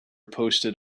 posted